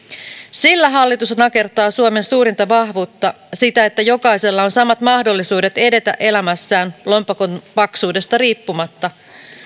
sillä hallitus nakertaa suomen suurinta vahvuutta sitä että jokaisella on samat mahdollisuudet edetä elämässään lompakon paksuudesta riippumatta